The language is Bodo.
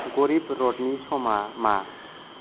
गरिब रथनि समआ मा